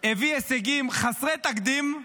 הביא הישגים חסרי תקדים,